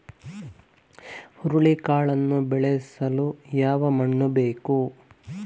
ಹುರುಳಿಕಾಳನ್ನು ಬೆಳೆಸಲು ಯಾವ ಮಣ್ಣು ಬೇಕು?